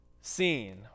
seen